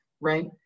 right